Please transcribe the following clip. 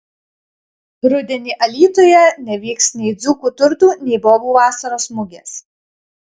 rudenį alytuje nevyks nei dzūkų turtų nei bobų vasaros mugės